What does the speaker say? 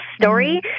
story